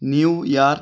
New York